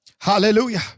Hallelujah